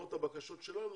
למרות הבקשות שלנו,